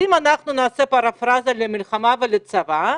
אם נעשה פרפרזה למלחמה ולצבא,